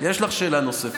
יש לך שאלה נוספת.